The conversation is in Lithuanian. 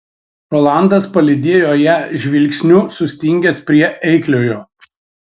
rolandas palydėjo ją žvilgsniu sustingęs prie eikliojo